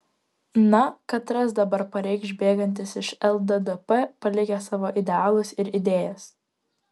na katras dabar pareikš bėgantis iš lddp palikęs savo idealus ir idėjas